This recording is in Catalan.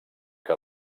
que